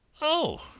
oh,